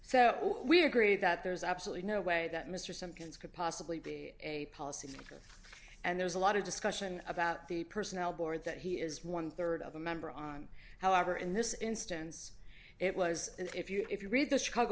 so we agree that there is absolutely no way that mr simkins could possibly be a policymaker and there's a lot of discussion about the personnel board that he is one rd of a member on however in this instance it was and if you read the chicago